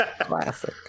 classic